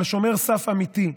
אבל שומר סף אמיתי,